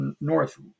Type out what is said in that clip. north